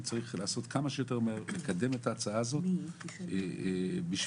יש לקדם את הצעת החוק הזו כמה שיותר